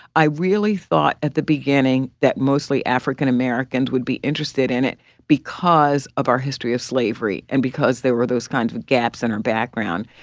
i really thought at the beginning that mostly african-americans would be interested in it because of our history of slavery and because there were those kinds of gaps in our background.